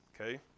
okay